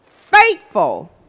faithful